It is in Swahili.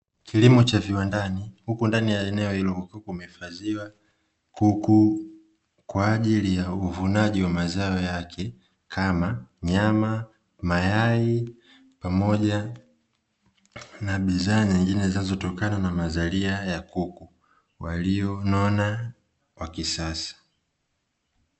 Kilimo cha viwandani huku ndani ya eneo hilo kukiwa kumehifadhiwa kuku kwaajili ya uvunaji wa mazao yake kama nyama, mayai pamoja na bidhaa nyingine zinazotokana na mazalia ya kuku walio nona wa kisasa.